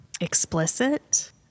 explicit